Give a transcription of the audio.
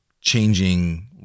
changing